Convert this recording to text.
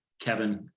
Kevin